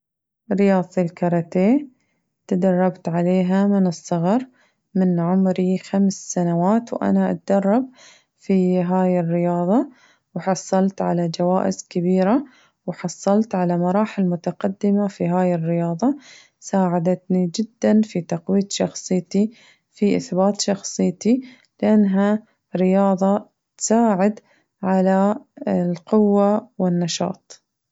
رياضة الكاراتيه، تدربت عليها منذ الصغر من عمري خمس سنوات وأنا أتدرب في هاي الرياضة وحصلت على جوائز كبيرة وحصلت على مراحل متقدمة في هاي الرياضة ساعدتني جداً في تقوية شخصيتي في إثبات شخصيتي لأنها رياضة تساعد على القوة والنشاط.